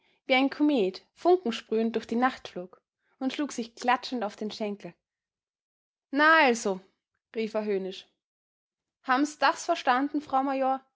wie ein komet funkensprühend durch die nacht flog und schlug sich klatschend auf den schenkel na also rief er höhnisch hab'ns das verstanden frau major